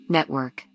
Network